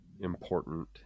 important